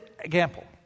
example